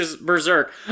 Berserk